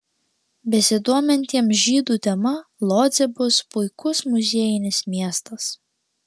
besidomintiems žydų tema lodzė bus puikus muziejinis miestas